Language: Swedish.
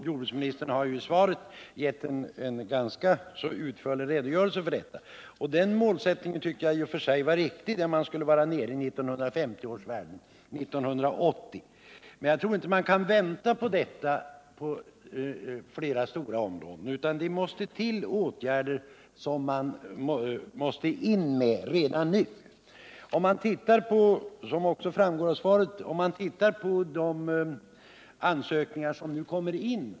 Jordbruksministern har i svaret gett en ganska utförlig redogörelse för denna. Den målsättningen, som innebar att man skulle vara nere i 1950 års värden 1980, tycker jag i och för sig var riktig. Men jag tror att man i flera stora områden inte kan vänta på detta, utan det måste till ytterligare åtgärder redan nu. Av svaret framgår att det utgår bidrag för försöksverksamheten att med kalkning av sjöar och vattendrag motverka försurning.